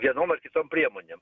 vienom ar kitom priemonėm